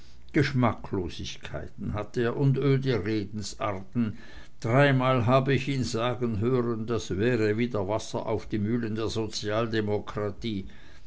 geschmacklosigkeiten hat er und öde redensarten dreimal hab ich ihn sagen hören das wäre wieder wasser auf die mühlen der sozialdemokratie